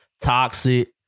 Toxic